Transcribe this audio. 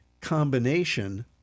combination